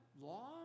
Law